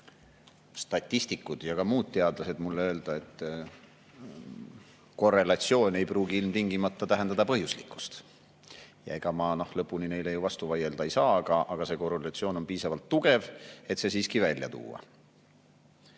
statistikud ja ka muud teadlased mulle öelda, et korrelatsioon ei pruugi ilmtingimata tähendada põhjuslikkust. Ega ma neile ju lõpuni vastu vaielda ei saa, aga see korrelatsioon on piisavalt tugev, et see siiski välja tuua. Teine